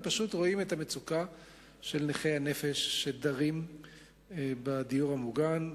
הם פשוט רואים את המצוקה של נכי הנפש שדרים בדיור המוגן,